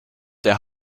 der